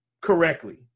correctly –